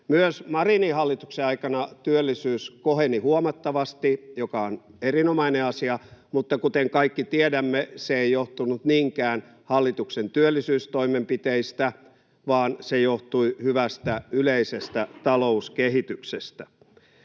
Myös Marinin hallituksen aikana työllisyys koheni huomattavasti, mikä on erinomainen asia, mutta kuten kaikki tiedämme, se ei johtunut niinkään hallituksen työllisyystoimenpiteistä, vaan se johtui hyvästä yleisestä talouskehityksestä.